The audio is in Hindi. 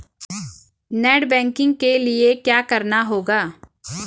नेट बैंकिंग के लिए क्या करना होगा?